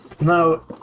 now